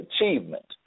Achievement